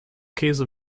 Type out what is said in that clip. käse